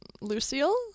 Lucille